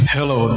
Hello